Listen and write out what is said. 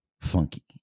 funky